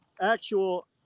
actual